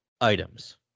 items